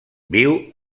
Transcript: viu